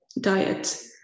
diet